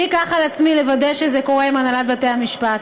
אני אקח על עצמי לוודא שזה קורה עם הנהלת בתי המשפט.